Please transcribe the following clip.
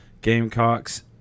Gamecocks